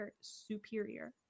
superior